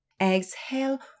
Exhale